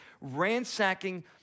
ransacking